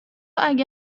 اگه